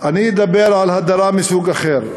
אני אדבר על הדרה מסוג אחר.